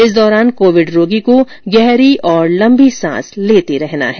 इस दौरान कोविड रोगी को गहरी और लम्बी सांस लेते रहना हैं